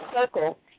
circle